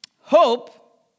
hope